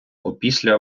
опісля